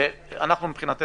אנחנו חושבים